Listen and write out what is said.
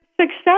success